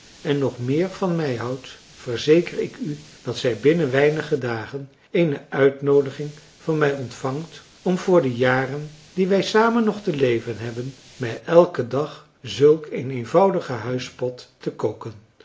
en nog meer van mij houdt verzeker ik u dat zij binnen weinige dagen eene uitnoodiging van mij ontvangt om voor de jaren die wij samen nog te leven hebben mij elken dag zulk een eenvoudigen huispot te koken